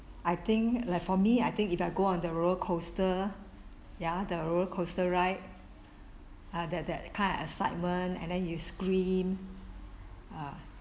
I think like for me I think if I go on the roller coaster ya the roller coaster ride ah that that kind of excitement and then you scream ah